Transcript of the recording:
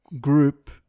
group